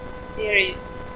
Series